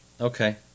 Okay